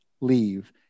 leave